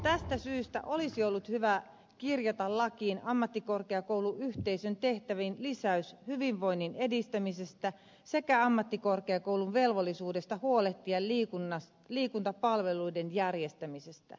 tästä syystä olisi ollut hyvä kirjata lakiin ammattikorkeakouluyhteisön tehtäviin lisäys hyvinvoinnin edistämisestä sekä ammattikorkeakoulun velvollisuudesta huolehtia liikuntapalveluiden järjestämisestä